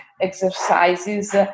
exercises